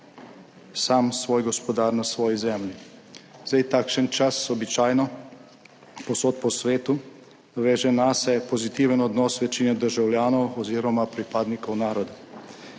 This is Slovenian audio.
sam svoj gospodar na svoji zemlji. Takšen čas običajno povsod po svetu veže nase pozitiven odnos večine državljanov oziroma pripadnikov naroda.